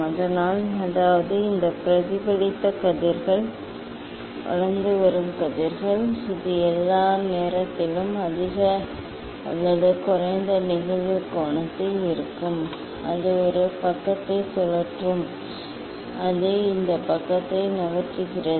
அதனால் அதாவது இந்த பிரதிபலித்த கதிர்கள் வளர்ந்து வரும் கதிர் இது எல்லா நேரத்திலும் அதிக அல்லது குறைந்த நிகழ்வு கோணத்தில் இருக்கும் அது இந்த பக்கத்தை சுழற்றும் அது இந்த பக்கத்தை நகர்த்தும்